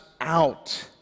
out